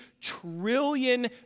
trillion